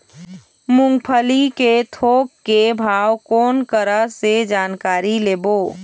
मूंगफली के थोक के भाव कोन करा से जानकारी लेबो?